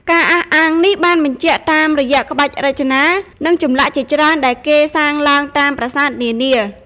ការអះអាងនេះបញ្ជាក់តាមរយៈក្បាច់រចនា និងចម្លាក់ជាច្រើនដែលគេសាងឡើងតាមប្រាសាទនានា។